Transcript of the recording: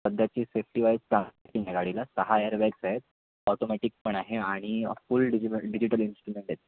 सध्याची सेफ्टीवाईज या गाडीला सहा एअर बॅग्स आहेत ऑटोमॅटिकपण आहे आणि फुल डिजि डिजिटल इन्स्ट्रुमेंट आहेत